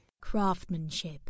Craftsmanship